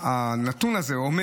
הנתון הזה אומר